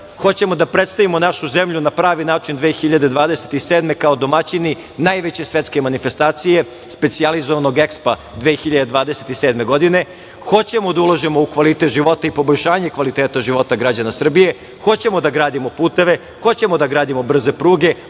Hoćemo da predstavimo našu zemlju na pravi način 2027. godine, kao domaćini, najveće svetske manifestacije, specijalizovanog EKSPO 2027. godine. Hoćemo da ulažemo u kvalitet života i poboljšanje kvaliteta života građana Srbije. Hoćemo da gradimo puteve, hoćemo da gradimo brze pruge,